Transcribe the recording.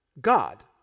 God